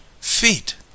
Feet